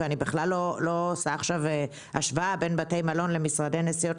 ואני בכלל לא עושה עכשיו השוואה בין בתי מלון למשרדי נסיעות,